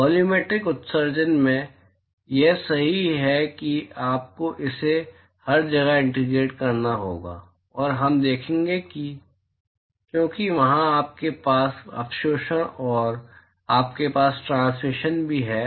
volumetric उत्सर्जन में यह सही है कि आपको इसे हर जगह इंटीग्रेट करना होगा और हम देखेंगे क्योंकि वहां आपके पास अवशोषण है और आपके पास ट्रांसमिशन भी है